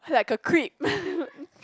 like a creep